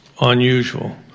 unusual